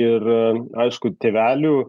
ir aišku tėvelių